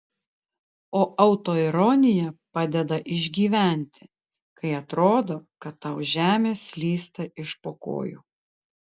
o autoironija padeda išgyventi kai atrodo kad tau žemė slysta iš po kojų